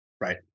Right